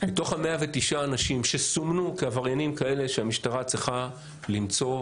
מתוך ה-109 אנשים שסומנו כעבריינים כאלה שהמשטרה צריכה למצוא,